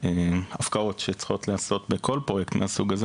והפקעות שצריכות להיעשות בכל פרויקט מהסוג הזה